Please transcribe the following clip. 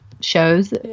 shows